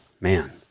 Man